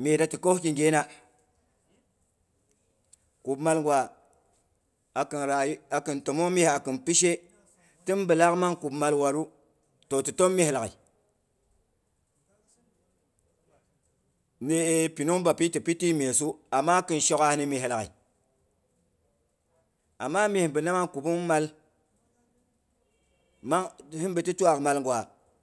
mye da ti koh ki ghena. Kubmal gwa a kin ra- akin tomong mye a kin pishe tinbilaak mang kubmal waru, toh ti tom myehi laghai ni e pinung bapi to pin de kyogha ni mye lagghaiyu. Amma ti pikin shogha myes laghai amma mye bina mang kubung mal mang hinbi ti twaak mal gwa.